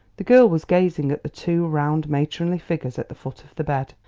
the girl was gazing at the two round matronly figures at the foot of the bed,